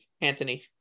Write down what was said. Anthony